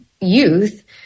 youth